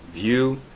view,